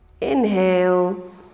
Inhale